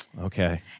Okay